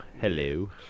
hello